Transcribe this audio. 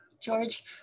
George